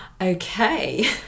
Okay